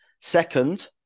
Second